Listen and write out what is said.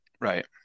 Right